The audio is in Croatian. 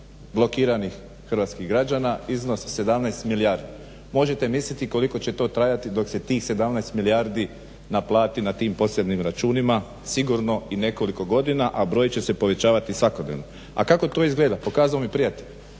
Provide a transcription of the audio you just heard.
blokiranih hrvatskih građana iznos 17 milijardi. Možete misliti koliko će to trajati dok se tih 17 milijardi naplati na tim posebnim računima, sigurno i nekoliko godina, a broj će se povećavati svakodnevno. A kako to izgleda? Pokazao mi je prijatelj.